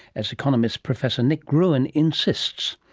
as economist professor nick gruen insists.